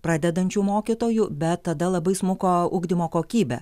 pradedančių mokytojų bet tada labai smuko ugdymo kokybė